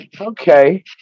Okay